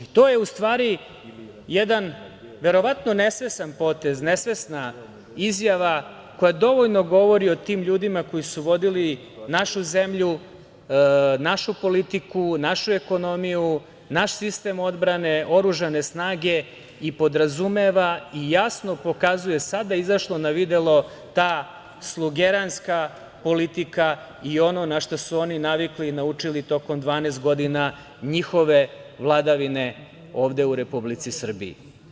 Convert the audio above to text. To je u stvari jedan verovatno nesvestan potez, nesvesna izjava koja dovoljno govori o tim ljudima koji su vodili našu zemlju, našu politiku, našu ekonomiju, naš sistem odbrane, oružane snage i podrazumeva i jasno pokazuje, sada izašlo na videlo ta slogeranska politika i ono na šta su oni navikli i načuli tokom 12 godina njihove vladavine ovde u Republici Srbiji.